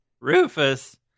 Rufus